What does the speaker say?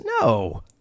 No